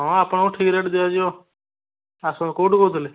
ହଁ ଆପଣଙ୍କୁ ଠିକ୍ ରେଟ୍ ଦିଆଯିବ ଆସନ୍ତୁ କୋଉଠୁ କହୁଥିଲେ